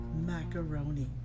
Macaroni